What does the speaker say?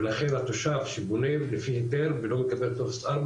ולכן התושב שבונה לפי היתר ולא מקבל טופס 4,